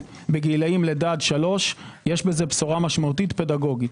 בגילאים לידה עד 3 יש בזה בשורה משמעותית פדגוגית.